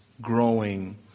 growing